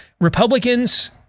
Republicans